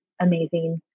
amazing